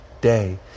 day